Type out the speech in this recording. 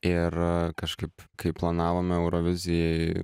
ir kažkaip kai planavome eurovizijai